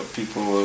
people